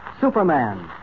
Superman